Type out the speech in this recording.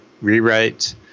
rewrite